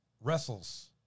wrestles